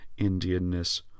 Indianness